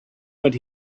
what